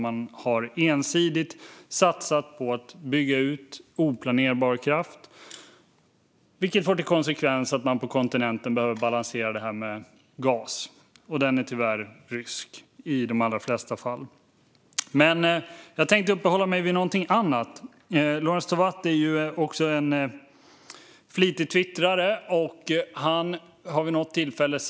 Man har ensidigt satsat på att bygga ut oplanerbar kraft, vilket får som konsekvens att man på kontinenten behöver balansera detta med gas. Och den är i de allra flesta fall rysk. Jag tänkte uppehålla mig vid något annat. Lorentz Tovatt är en flitig twittrare.